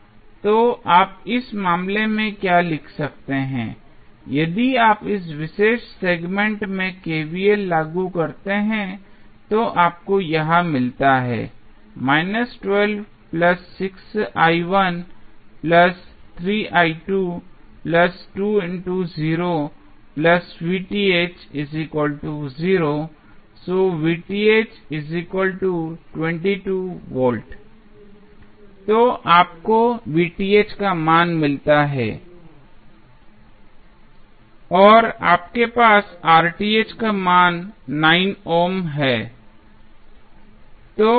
तो आप इस मामले में क्या लिख सकते हैं यदि आप इस विशेष सेगमेंट में KVL लागू करते हैं तो आपको यह मिलता है तो अब आपको का मान मिला है और आपके पास का मान 9 ओम है